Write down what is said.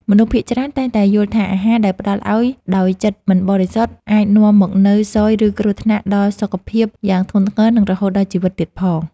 មនុស្សភាគច្រើនតែងតែយល់ថាអាហារដែលផ្តល់ឱ្យដោយចិត្តមិនបរិសុទ្ធអាចនាំមកនូវស៊យឬគ្រោះថ្នាក់ដល់សុខភាពយ៉ាងធ្ងន់ធ្ងរ និងរហូតដល់ជីវិតទៀតផង។